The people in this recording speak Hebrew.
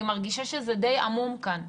אני מרגישה שזה די עמום כאן,